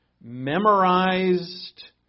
memorized